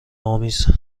آمیز